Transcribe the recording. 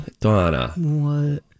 Donna